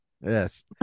Yes